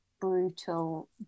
brutal